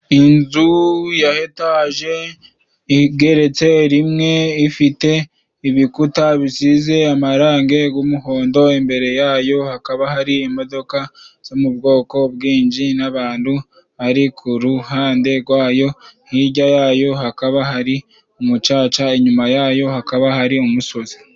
Inzu ya etaje igeretse rimwe ifite ibikuta bisize amarange g'umuhondo. Imbere yayo hakaba hari imodoka zo mu bwoko bwinshi n'abantu bari ku ruhande rwayo. Hirya yayo hakaba hari umucaca, inyuma yayo hakaba hari umusozi.